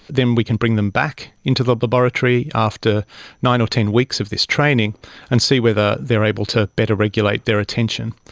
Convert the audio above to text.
then we can bring them back into the laboratory after nine or ten weeks of this training and see whether they are able to better regulate their attention.